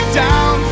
down